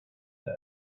said